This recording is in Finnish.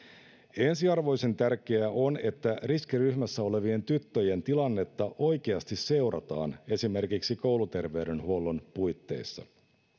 ensiarvoisen tärkeää on että riskiryhmässä olevien tyttöjen tilannetta oikeasti seurataan esimerkiksi kouluterveydenhuollon puitteissa